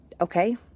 okay